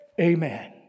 Amen